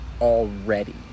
already